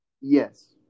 Yes